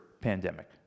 pandemic